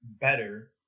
better